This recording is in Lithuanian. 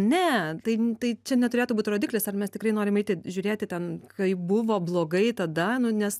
ne tai tai čia neturėtų būt rodiklis ar mes tikrai norim eiti žiūrėti ten kaip buvo blogai tada nu nes